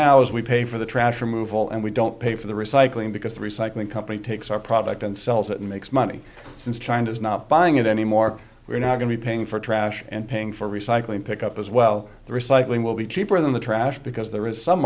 now is we pay for the trash removal and we don't pay for the recycling because the recycling company takes our product and sells it makes money since china is not buying it anymore we're not going to be paying for trash and paying for recycling pick up as well the recycling will be cheaper than the trash because there is some